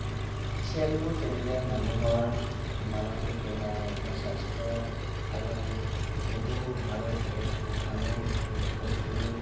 খেলবোৰ খেলিলে মানুহৰ মানসিক দেহা অৰ্থাৎ স্বাস্থ্য সাধাৰণ বহু ভাল হৈ থাকে মানুহ বহুখিনি